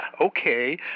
Okay